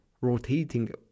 rotating